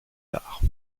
tard